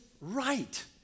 right